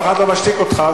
אף אחד לא משתיק אותך,